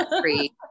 free